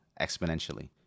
exponentially